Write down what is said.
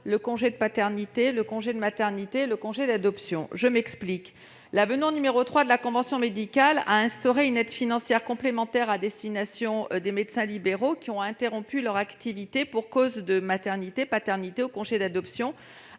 le congé de paternité, de maternité ou le congé d'adoption. L'avenant n° 3 de la convention médicale a instauré une aide financière complémentaire à destination des médecins libéraux interrompant leur activité pour cause de maternité, de paternité ou de congé d'adoption,